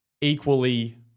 equally